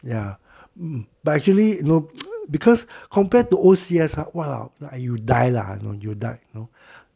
ya hmm but actually look because compared to O_C_S !huh! !walao! you die lah you know you die